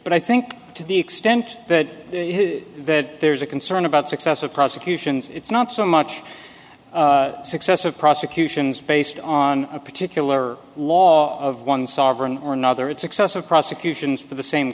but i think to the extent that that there's a concern about successful prosecutions it's not so much success of cusins based on a particular law of one sovereign or another it's excessive prosecutions for the same